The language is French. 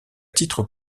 titre